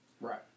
Right